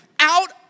out